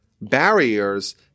barriers